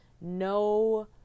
no